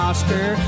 Oscar